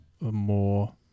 more